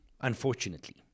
unfortunately